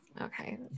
okay